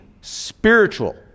spiritual